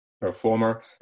performer